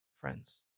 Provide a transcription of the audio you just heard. friends